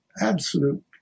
absolute